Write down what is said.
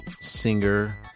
singer-